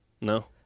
No